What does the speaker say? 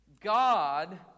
God